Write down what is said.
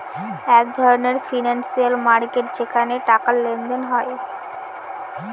এক ধরনের financial market যেখানে টাকার লেনদেন হয়